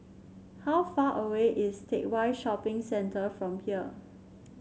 how far away is Teck Whye Shopping Centre from here